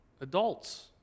Adults